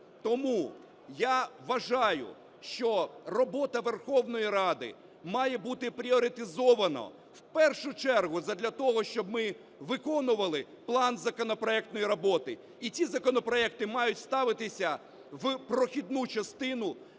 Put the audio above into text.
Тому я вважаю, що робота Верховної Ради має бути пріоритизована в першу чергу задля того, щоб ми виконували план законопроектної роботи. І ці законопроекти мають ставитися в прохідну частину